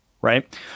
right